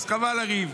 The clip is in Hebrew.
אז חבל לריב.